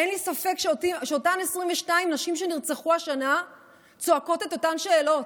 אין לי ספק שאותן 22 נשים שנרצחו השנה צועקות את אותן שאלות,